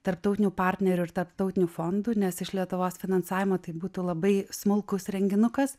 tarptautinių partnerių ir tarptautinių fondų nes iš lietuvos finansavimo tai būtų labai smulkus renginukas